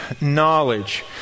knowledge